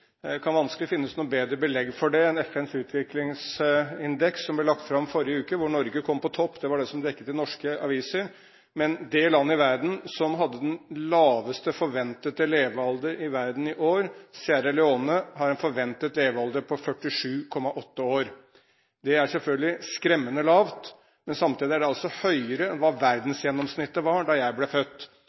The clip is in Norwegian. kan vanskelig finnes noe bedre belegg for det enn FNs utviklingsindeks, som ble lagt fram i forrige uke, hvor Norge kom på topp. Det var det som ble dekket i norske aviser. I det landet i verden som har den laveste forventede levealder i år, Sierra Leone, har man en forventet levealder på 47,8 år. Det er selvfølgelig skremmende lavt, men samtidig er den høyere enn hva verdensgjennomsnittet var da jeg ble født.